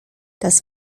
das